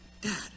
Dad